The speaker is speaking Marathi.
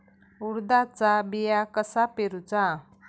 उडदाचा बिया कसा पेरूचा?